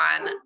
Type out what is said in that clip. on